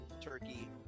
turkey